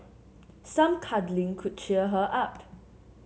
some cuddling could cheer her up